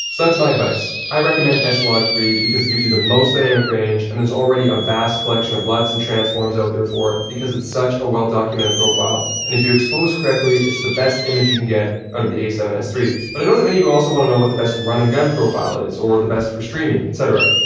that's my advice. i recommend s like three because it gives you the most dynamic range and there's already a vast collection of luts and transforms out there for it because it's such a well-documented profile. and if you expose correctly, it's the best image you can get out of the a seven s iii. but, i know that many of you also want to know what the best run and gun profile is or the best for streaming, et cetera.